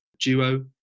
duo